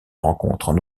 rencontrent